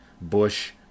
Bush